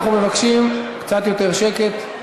אנחנו מבקשים קצת יותר שקט.